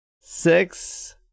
Six